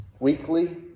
weekly